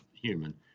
human